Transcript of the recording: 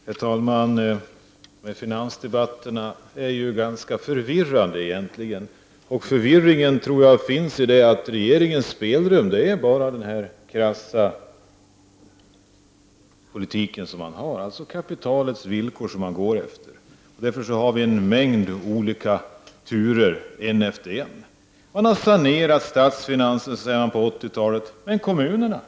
Herr talman! Finansdebatterna är egentligen ganska förvirrande. Förvirringen består i att regeringens spelrum är bara krass politik, alltså kapitalets villkor som man arbetar efter. Därför har vi en mängd olika turer en efter en. Man har sanerat statsfinanserna på 80-talet, säger man. Men kommunerna då?